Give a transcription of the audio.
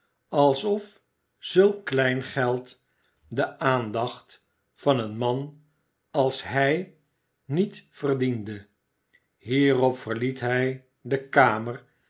alsof zulk kleingeld de aandacht van een man a's hij niet verdiende hierop verliet hij de kamer